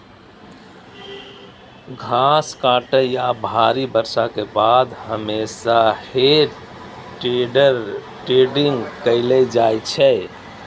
घास काटै या भारी बर्षा के बाद हमेशा हे टेडर टेडिंग कैल जाइ छै